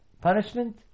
Punishment